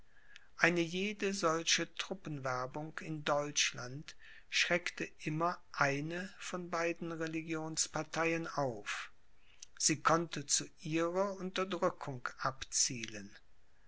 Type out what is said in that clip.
eine jede solche truppenwerbung in deutschland schreckte immer eine von beiden religionsparteien auf sie konnte zu ihrer unterdrückung abzielen